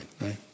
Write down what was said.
right